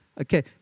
Okay